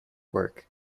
work